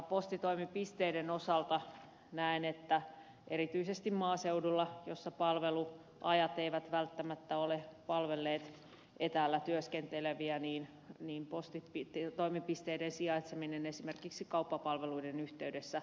postitoimipisteiden osalta näen että erityisesti maaseudulla jossa palveluajat eivät välttämättä ole palvelleet etäällä työskenteleviä postitoimipisteiden sijaitseminen esimerkiksi kauppapalveluiden yhteydessä